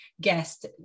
guest